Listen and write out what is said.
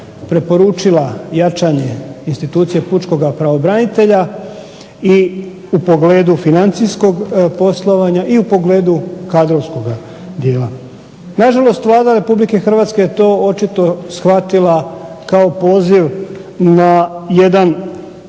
preporučila jačanje institucije pučkoga pravobranitelja, i u pogledu financijskog poslovanja, i u pogledu kadrovskoga dijela. Na žalost Vlada Republike Hrvatske je to očito shvatila kao poziv na jedan